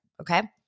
Okay